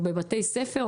או בבתי ספר,